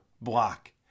block